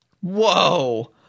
Whoa